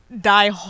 die